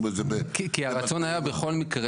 כי הרצון היה בכל מקרה,